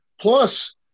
Plus